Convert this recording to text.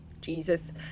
Jesus